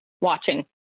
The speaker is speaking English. watching